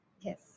yes